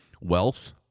wealth